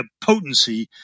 potency